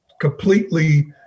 completely